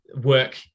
work